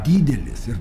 didelės ir